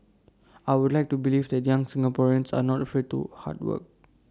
I would like to believe that young Singaporeans are not afraid to hard work